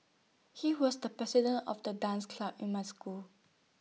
he was the president of the dance club in my school